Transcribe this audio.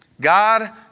God